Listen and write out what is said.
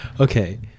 Okay